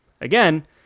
again